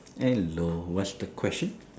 hello what's the question